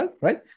Right